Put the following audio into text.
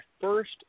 first